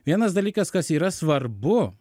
vienas dalykas kas yra svarbu